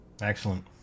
Excellent